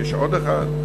יש עוד אחד.